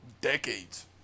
Decades